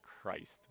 Christ